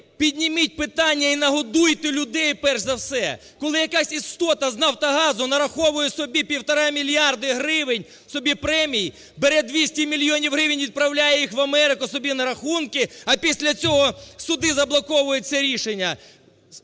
Підніміть питання і нагодуйте людей, перш за все!" Коли якась істота з "Нафтогазу" нараховує собі півтора мільярди гривень собі премій, бере 200 мільйонів гривень, відправляє їх в Америку собі на рахунки, а після цього суди заблоковують це рішення,